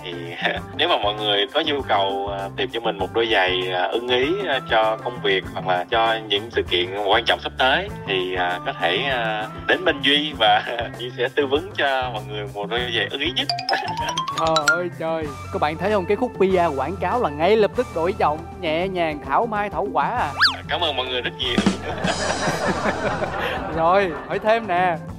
Thì, nếu mà mọi người có nhu cầu, à, tìm cho mình một đôi giày, à, ưng ý, à, cho công việc hoặc là cho những sự kiện quan trọng sắp tới, thì, à, có thể, à, đến bên Duy và Duy sẽ tư vấn cho mọi người một đôi giày ưng ý nhất. Trời ơi, trời. Các bạn thấy không? Cái khúc PR quảng cáo là ngay lập tức đổi giọng, nhẹ nhàng, thảo mai, thảo quả à. Cảm ơn mọi người rất nhiều. Rồi, hỏi thêm nè.